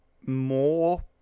more